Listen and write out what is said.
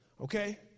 Okay